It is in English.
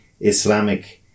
Islamic